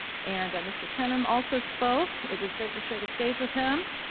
and mr. trenum also spoke, it was great to share the stage with him.